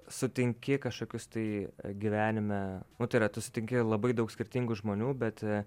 sutinki kažkokius tai gyvenime nu tai yra tu sutinki labai daug skirtingų žmonių bet